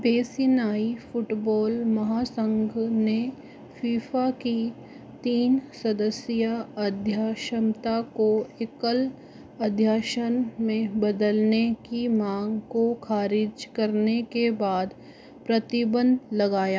बेसीनायी football महासंघ ने FIFA की तीन सदस्य अध्यक्षता को एकल अध्यक्षन में बदलने की मांग को खारिज करने के बाद प्रतिबंध लगाया